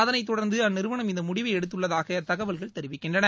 அதனைத் தொடர்ந்து அந்நிறுவனம் இந்த முடிவை எடுத்துள்ளதாக தகவல்கள் தெரிவிக்கின்றன